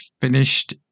finished